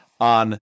on